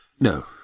No